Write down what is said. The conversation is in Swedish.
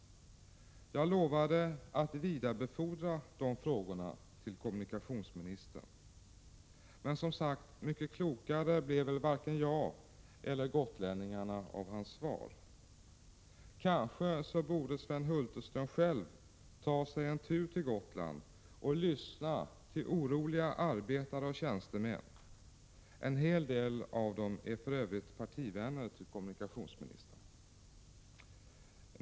Jag lovade att vidarebefordra de frågorna till kommunikationsministern. Men, som sagt, mycket klokare blev varken jag eller gotlänningarna av hans svar. Kanske borde Sven Hulterström själv ta sig en tur till Gotland och lyssna till oroliga arbetare och tjänstemän — en hel del av dem är för övrigt partivänner till kommunikationsministern.